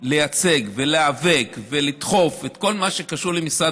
לייצג ולהיאבק ולדחוף את כל מה שקשור למשרד